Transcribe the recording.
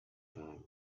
time